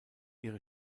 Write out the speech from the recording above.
ihre